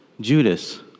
Judas